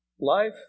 Life